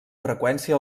freqüència